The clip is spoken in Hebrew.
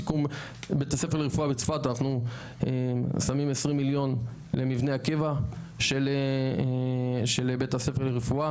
אנחנו שמים 20 מיליון למבנה הקבע של בית הספר לרפואה,